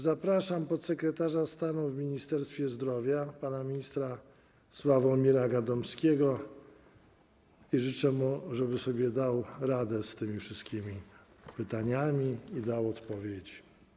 Zapraszam podsekretarza stanu w Ministerstwie Zdrowia pana ministra Sławomira Gadomskiego i życzę mu, żeby sobie dał radę z tymi wszystkimi pytaniami i udzielił odpowiedzi.